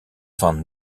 van